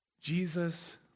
Jesus